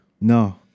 No